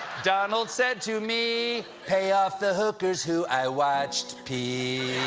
donald said to me pay off the hookers who i watched pee.